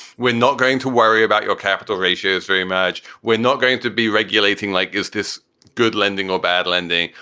we're not going to worry about your capital ratios very much. we're not going to be regulating like, is this good lending or bad lending?